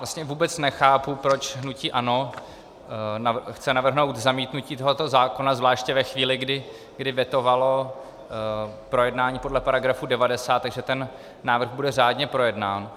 Vlastně vůbec nechápu, proč hnutí ANO chce navrhnout zamítnutí tohoto zákona, zvláště ve chvíli, kdy vetovalo projednání podle § 90, takže ten návrh bude řádně projednán.